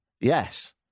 Yes